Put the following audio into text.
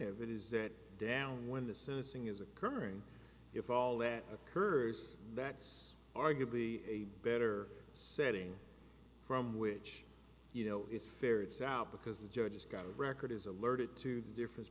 of it is that down when the sentencing is occurring if all that occurs backus arguably a better setting from which you know it's fair it's out because the judge has got a record is alerted to the difference